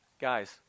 Guys